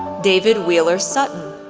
david wheeler sutton,